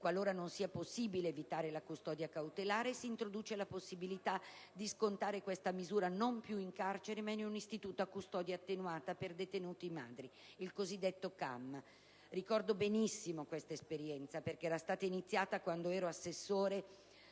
Qualora non sia possibile evitare la custodia cautelare, si introduce la possibilità di scontare questa misura non più in carcere, ma in un istituto a custodia attenuata per detenute madri (cosiddetto ICAM). Ricordo benissimo questa esperienza perché fu avviata quando ero assessore